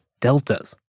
deltas